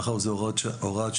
מאחר שזו הוראת שעה,